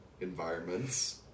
environments